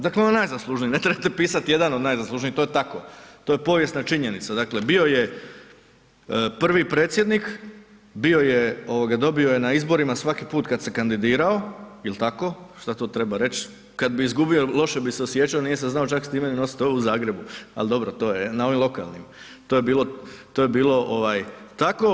Dakle on je najzaslužniji, ne trebate pisati jedan od najzaslužnijih, to je tako, to je povijesna činjenica, dakle bio je prvi Predsjednik, dobio je na izborima svaki put kad se kandidirao, jel tako, šta tu treba reći, kad bi izgubio, loše bi se osjećao, nije se znao čak s time ni nositi u Zagrebu ali dobro, to je na ovim lokalnim, to je bilo tako.